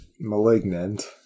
Malignant